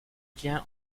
lien